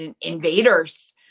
invaders